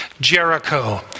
Jericho